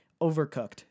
overcooked